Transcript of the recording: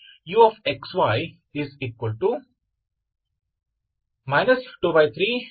ಸರಿ ತಾನೇ